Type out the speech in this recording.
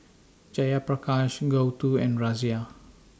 Jayaprakash Gouthu and Razia